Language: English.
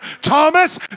Thomas